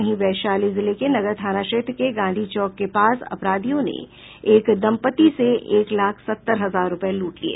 वहीं वैशाली जिले के नगर थाना क्षेत्र के गांधी चौक के पास अपराधियों ने एक दंपति से एक लाख सत्तर हजार रूपये लूट लिये